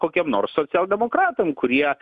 kokiem nors socialdemokratam kurie